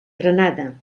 granada